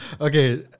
Okay